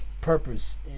Purpose